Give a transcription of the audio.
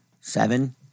seven